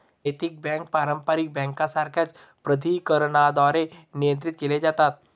नैतिक बँका पारंपारिक बँकांसारख्याच प्राधिकरणांद्वारे नियंत्रित केल्या जातात